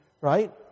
right